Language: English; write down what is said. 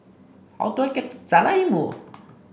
how do I get to Jalan Ilmu